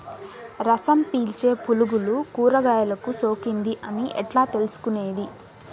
రసం పీల్చే పులుగులు కూరగాయలు కు సోకింది అని ఎట్లా తెలుసుకునేది?